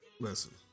Listen